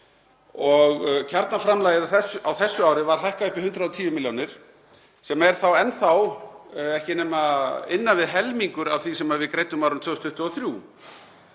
Kjarnaframlagið á þessu ári var hækkað upp í 110 milljónir sem er þá enn þá ekki nema innan við helmingur af því sem við greiddum á árinu 2023.